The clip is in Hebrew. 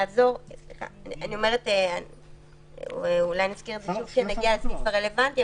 נזכיר את זה כשנגיע לסעיף הרלוונטי,